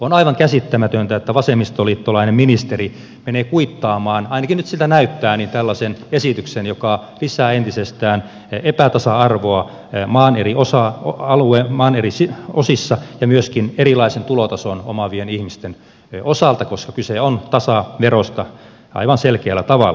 on aivan käsittämätöntä että vasemmistoliittolainen ministeri menee kuittaamaan ainakin nyt siltä näyttää tällaisen esityksen joka lisää entisestään epätasa arvoa maan eri osissa ja myöskin erilaisen tulotason omaavien ihmisten osalta koska kyse on tasaverosta aivan selkeällä tavalla